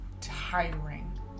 tiring